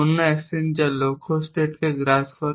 অন্য অ্যাকশন যা লক্ষ্য স্টেটকে গ্রাস করে